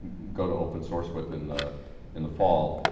go to open source with in the in the fall.